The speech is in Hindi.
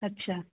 अच्छा